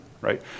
right